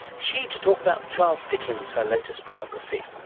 she to talk about charles dickens, her latest biography.